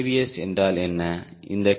S என்றால் என்னஇந்த K